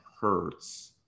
Hertz